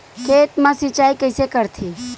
खेत मा सिंचाई कइसे करथे?